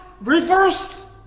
reverse